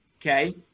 okay